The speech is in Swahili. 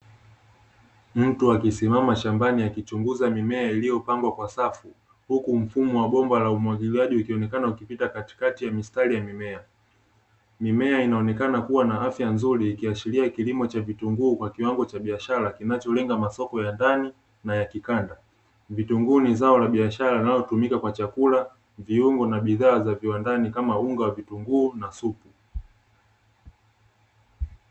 Mtu akisimama shambani akichunguza mimea iliyopangwa kwa safu huku mfumo wa bomba la umwagiliaji likionekana ukipita katikati ya mistari ya mimea inaonekana kuwa na afya nzuri ikiashiria kilimo cha vitunguu kwa kiwango cha biashara kinacholenga masoko ya ndani na ya kikanda, vitunguu ni zao la biashara linalotumika kwa chakula viungo na bidhaa za viwandani kama unga wa vitunguu na supu.